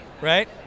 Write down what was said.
right